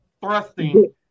thrusting